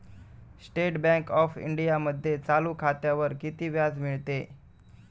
State bank of इंडियामध्ये चालू खात्यावर किती व्याज मिळते?